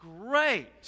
great